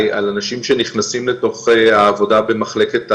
על אנשים שנכנסים לעבודה במחלקת הנוער,